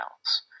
else